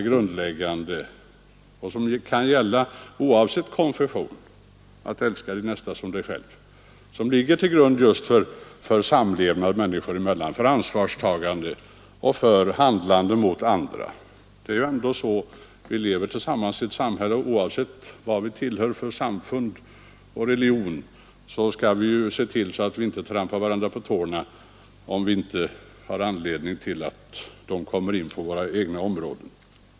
Oavsett konfession är det ju regeln om att — älska din nästa såsom dig själv — som ligger till grund för samlevnad människor emellan, för ansvarstagande och för vårt handlande mot andra. Det är ändå så vi bör leva tillsammans i ett samhälle. Oavsett vad vi tillhör för samfund och religion skall vi ju se till att vi inte trampar på varandra speciellt om vi inte har anledning till det, när någon kommer in på våra egna områden.